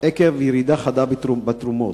עקב ירידה חדה בתרומות.